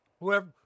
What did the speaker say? Whoever